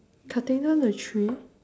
cutting down the tree